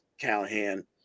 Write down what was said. Callahan